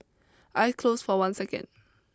eye closed for one second